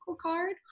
card